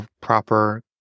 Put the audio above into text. proper